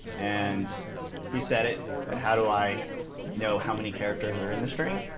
and he said it, but how do i know how many characters are in the string?